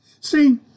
See